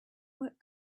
what